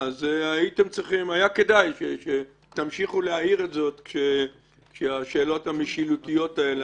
היה כדאי שתמשיכו להעיר זאת כשהשאלות המשילותיות האלה,